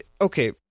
Okay